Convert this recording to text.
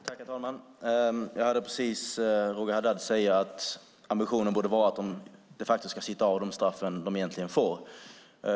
Herr talman! Jag hörde precis Roger Haddad säga att ambitionen egentligen borde vara att man ska sitta av de straff man får.